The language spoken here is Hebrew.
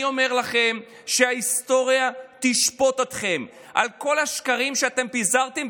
ואני אומר לכם שההיסטוריה תשפוט אתכם על כל השקרים שאתם פיזרתם.